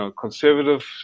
conservative